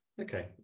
Okay